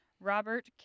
Robert